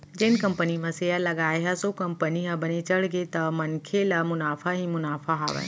जेन कंपनी म सेयर लगाए हस ओ कंपनी ह बने चढ़गे त मनखे ल मुनाफा ही मुनाफा हावय